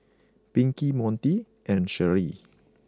Pinkie Montie and Sherrie